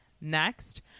Next